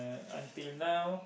until now